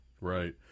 right